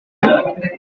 tour